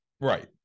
right